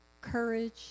courage